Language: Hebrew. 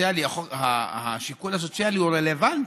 השיקול הסוציאלי הוא רלוונטי,